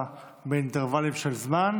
באינטרוולים של זמן.